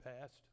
past